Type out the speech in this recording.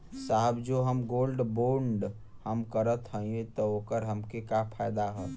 साहब जो हम गोल्ड बोंड हम करत हई त ओकर हमके का फायदा ह?